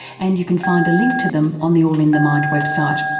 and you can find a link to them on the all in the mind website.